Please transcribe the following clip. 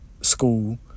school